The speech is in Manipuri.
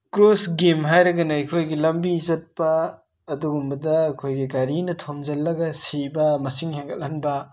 ꯀ꯭ꯔꯣꯁ ꯒꯦꯝ ꯍꯥꯏꯔꯒꯅ ꯑꯩꯈꯣꯏꯒꯤ ꯂꯝꯕꯤ ꯆꯠꯄ ꯑꯗꯨꯒꯨꯝꯕꯗ ꯑꯩꯈꯣꯏꯒꯤ ꯒꯥꯔꯤꯅ ꯊꯣꯝꯖꯤꯜꯂꯒ ꯁꯤꯕ ꯃꯁꯤꯡ ꯍꯦꯟꯒꯠꯍꯟꯕ